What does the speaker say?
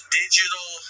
digital